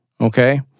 okay